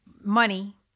money